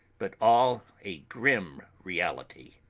but all a grim reality.